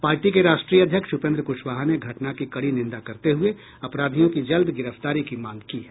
party के राष्ट्रीय अध्यक्ष उपेन्द्र कुशवाहा ने घटना की कड़ी निंदा करते हुए अपराधियों की जल्द गिरफ्तारी की मांग की है